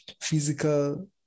physical